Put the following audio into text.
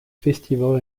festival